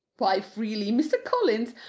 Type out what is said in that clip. why, really, mr. collins,